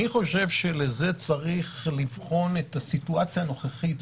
אני חושב שאת זה צריך לבחון לנוכח הסיטואציה הנוכחית,